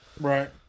Right